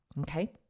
Okay